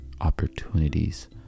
opportunities